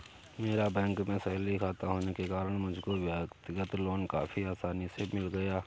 मेरा बैंक में सैलरी खाता होने के कारण मुझको व्यक्तिगत लोन काफी आसानी से मिल गया